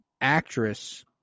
actress